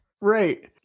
Right